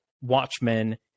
watchmen